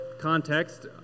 context